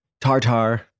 tartar